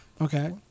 Okay